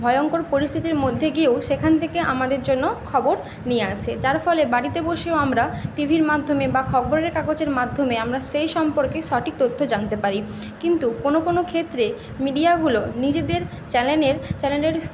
ভয়ঙ্কর পরিস্থিতির মধ্যে গিয়েও সেখান থেকে আমাদের জন্য খবর নিয়ে আসে যার ফলে বাড়িতে বসেও আমরা টিভির মাধ্যমে বা খবরের কাগজের মাধ্যমে আমরা সেই সম্পর্কে সঠিক তথ্য জানতে পারি কিন্তু কোনো কোনো ক্ষেত্রে মিডিয়াগুলো নিজেদের চ্যালেনের চ্যানেলের